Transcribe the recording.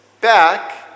back